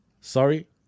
Sorry